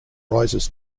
rises